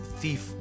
thief